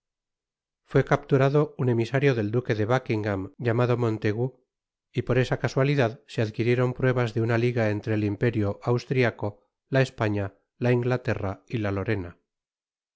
fué capturado un emisario del duque de buckingam ltamado montaigu y por esa casualidad se adquirieron pruebas de una liga entre et imperio austriaco la españa la inglaterra y la lorena